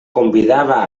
convidava